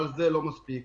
אבל זה לא מספיק.